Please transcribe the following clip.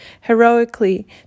Heroically